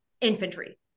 infantry